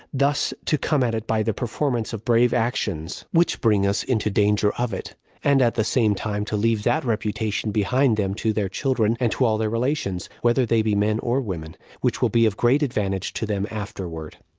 thus to come at it by the performance of brave actions, which bring us into danger of it and at the same time to leave that reputation behind them to their children, and to all their relations, whether they be men or women, which will be of great advantage to them afterward.